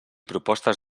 propostes